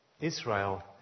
Israel